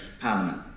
Parliament